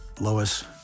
Lois